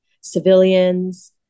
civilians